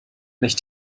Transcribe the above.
nicht